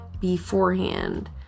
beforehand